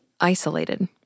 isolated